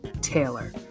Taylor